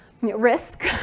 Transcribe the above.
risk